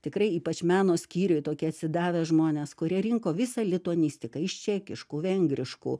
tikrai ypač meno skyriuj tokie atsidavę žmonės kurie rinko visą lituanistiką iš čekiškų vengriškų